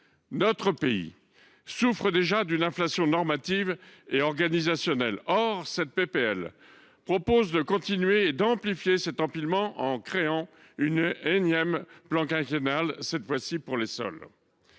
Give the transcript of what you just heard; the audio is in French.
Notre pays souffre déjà d’une inflation normative et organisationnelle. Or les auteurs de ce texte proposent de continuer, et même d’amplifier cet empilement en créant un énième plan quinquennal, cette fois ci pour les sols.